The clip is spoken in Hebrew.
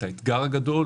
את האתגר הגדול,